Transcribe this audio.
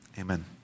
Amen